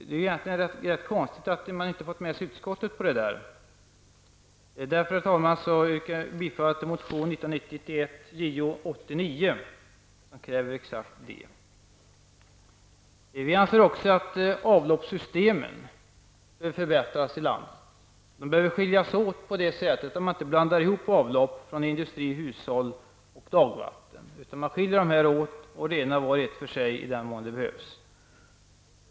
Det är egentligen rätt konstigt att vi inte fått med utskottet på detta. Jag yrkar därför, herr talman, bifall till motion 1990/91:Jo89, som kräver just detta. Vi anser också att avloppssystemen bör förbättras i landet. De behöver åtskiljas. Man bör inte blanda ihop avlopp från hushåll, industri och dagvatten. De bör skiljas åt, och man skall rena var och en av dem i den mån det behövs.